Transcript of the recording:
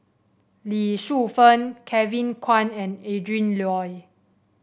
Lee Shu Fen Kevin Kwan and Adrin Loi